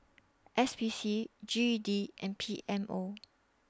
S P C G E D and P M O